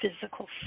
physical